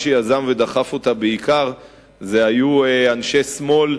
מי שיזם ודחף אותה בעיקר היו אנשי שמאל,